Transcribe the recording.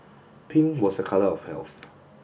pink was a colour of health